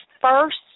first